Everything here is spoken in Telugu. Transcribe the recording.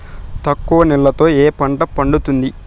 తక్కువ నీళ్లతో ఏ పంట పండుతుంది?